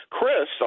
Chris